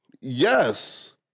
Yes